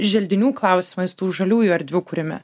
želdinių klausimais tų žaliųjų erdvių kūrime